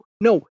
no